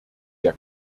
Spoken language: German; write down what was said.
der